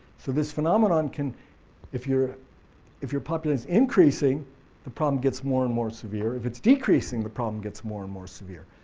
so this phenomenon can if your if your population is increasing the problem gets more and more severe, if it's decreasing the problem gets more and more severe.